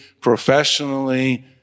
professionally